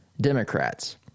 democrats